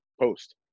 post